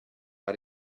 how